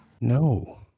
No